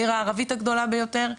העיר הערבית הגדולה ביותר,